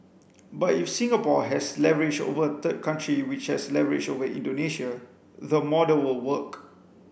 but if Singapore has leverage over a third country which has leverage over Indonesia the model will work